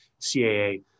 CAA